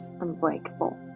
unbreakable